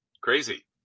Crazy